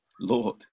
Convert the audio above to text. Lord